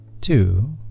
two